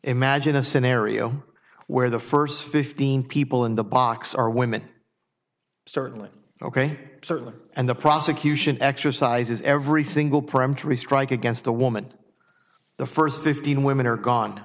imagine a scenario where the first fifteen people in the box are women certainly ok certainly and the prosecution exercises every single peremptory strike against a woman the first fifteen women are gone